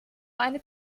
eine